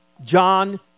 John